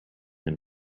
them